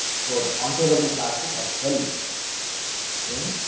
so, the contourable plastics has help in